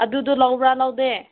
ꯑꯗꯨꯗꯣ ꯂꯧꯕ꯭ꯔꯥ ꯂꯧꯗꯦ